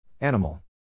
Animal